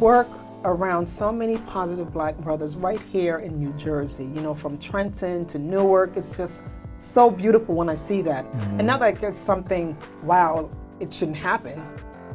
work around so many positive black brothers right here in new jersey you know from trenton to newark it's just so beautiful when i see that and not like there's something wow it shouldn't happen